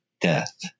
death